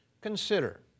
Consider